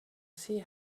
see